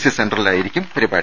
C സെന്ററലായിരിക്കും പരിപാടി